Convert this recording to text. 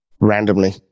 randomly